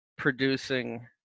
producing